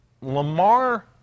Lamar